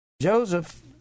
Joseph